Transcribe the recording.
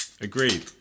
Agreed